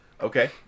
Okay